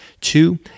Two